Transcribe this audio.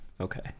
Okay